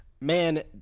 man